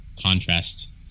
contrast